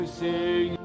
sing